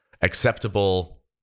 acceptable